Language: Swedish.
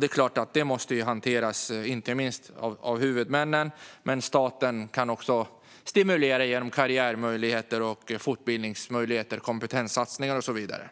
Det är klart att det måste hanteras av inte minst huvudmännen. Men staten kan också stimulera genom karriärmöjligheter, fortbildningsmöjligheter, kompetenssatsningar och så vidare.